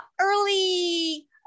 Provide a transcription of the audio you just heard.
early